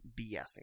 BSing